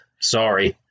Sorry